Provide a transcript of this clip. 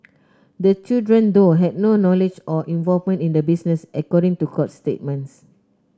the children though had no knowledge or involvement in the business according to court statements